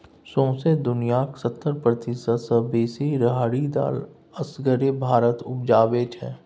सौंसे दुनियाँक सत्तर प्रतिशत सँ बेसी राहरि दालि असगरे भारत उपजाबै छै